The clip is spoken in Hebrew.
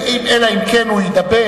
אלא אם כן הוא ידבר,